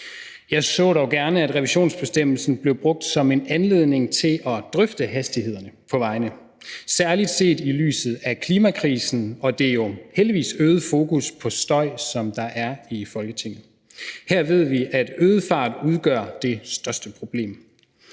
Jeg så dog gerne, at revisionsbestemmelsen blev brugt som en anledning til at drøfte hastighederne på vejene særlig set i lyset af klimakrisen og det jo heldigvis øgede fokus på støj, som der er i Folketinget. Her ved vi, at øget fart udgør det største problem.